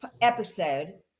episode